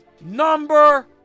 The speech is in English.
number